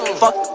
fuck